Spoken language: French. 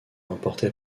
importait